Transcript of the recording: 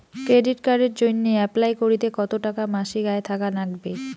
Credit কার্ডের জইন্যে apply করিতে কতো টাকা মাসিক আয় থাকা নাগবে?